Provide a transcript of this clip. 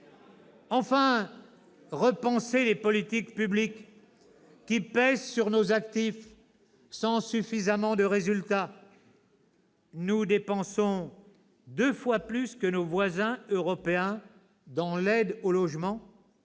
de repenser les politiques publiques qui pèsent sur nos actifs sans suffisamment de résultats. Nous dépensons deux fois plus que nos voisins européens dans l'aide au logement